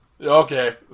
Okay